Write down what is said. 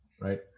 Right